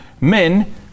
men